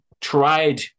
tried